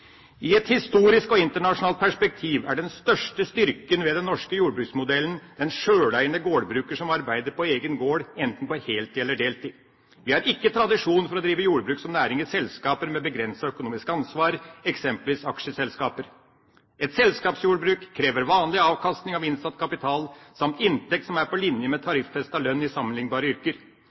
I et historisk og internasjonalt perspektiv er den største styrken ved den norske jordbruksmodellen den sjøleiende gårdbruker som arbeider på egen gård, enten på heltid eller deltid. Vi har ikke tradisjon for å drive jordbruk som næring i selskaper med begrenset økonomisk ansvar, eksempelvis aksjeselskaper. Et selskapsjordbruk krever vanlig avkastning av innsatt kapital samt inntekt som er på linje med tariffestet lønn i sammenlignbare yrker.